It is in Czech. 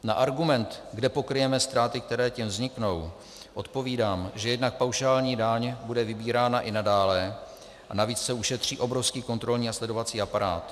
Na argument, kde pokryjeme ztráty, které tím vzniknou, odpovídám, že jednak paušální daň bude vybírána i nadále, navíc se ušetří obrovský kontrolní a sledovací aparát.